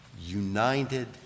united